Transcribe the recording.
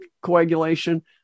coagulation